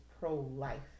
pro-life